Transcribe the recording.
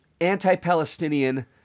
anti-Palestinian